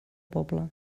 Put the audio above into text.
poble